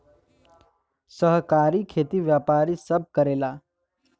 सहकारी खेती व्यापारी सब करेला